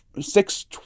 six